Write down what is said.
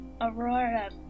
Aurora